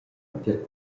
tier